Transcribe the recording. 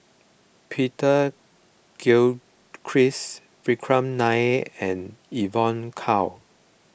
Peter Gilchrist Vikram Nair and Evon Kow